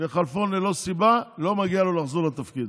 לכלפון ללא סיבה, לא מגיע לו לחזור לתפקיד.